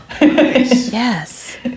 Yes